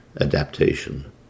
adaptation